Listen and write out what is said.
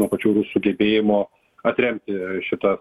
nuo pačių rusų gebėjimo atremti šitas